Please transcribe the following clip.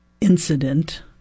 incident